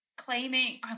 Claiming